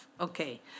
Okay